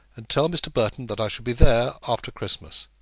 and tell mr. burton that i shall be there after christmas.